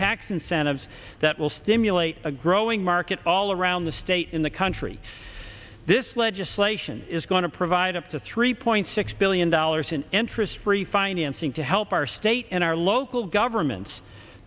tax incentives that will stimulate a growing market all around the state in the country this legislation is going to provide up to three point six billion dollars in interest free financing to help our state and our local governments